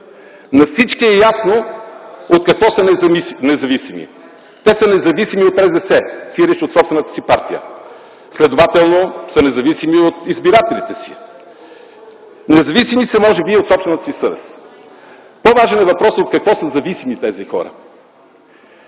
На всички е ясно от какво са независими. Те са независими от РЗС, сиреч от собствената си партия! Следователно са независими от избирателите си. Независими са може би и от собствената си съвест. По-важен е въпросът: от какво са зависими тези хора?